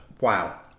Wow